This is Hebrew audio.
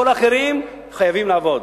כל האחרים חייבים לעבוד,